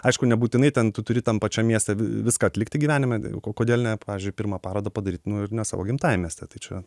aišku nebūtinai ten tu turi tam pačiam mieste viską atlikti gyvenime o kodėl ne pavyzdžiui pirmą parodą padaryt nu ir ne savo gimtajam mieste tai čia